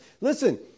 listen